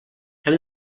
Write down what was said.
hem